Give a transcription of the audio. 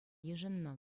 йышӑннӑ